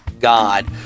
God